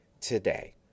today